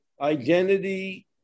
identity